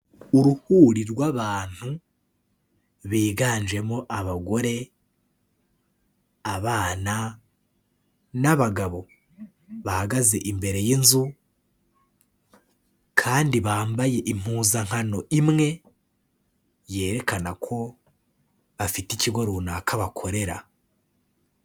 Uruhuri rw'abantu biganjemo abagore, abana n'abagabo, bahagaze imbere y'inzu kandi bambaye impuzankano imwe, yerekana ko bafite ikigo runaka bakorera.